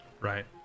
Right